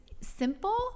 simple